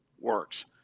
works